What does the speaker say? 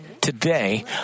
today